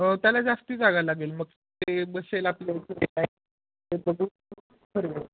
हो त्याला जास्त जागा लागेल मग ते बसेल आपल्या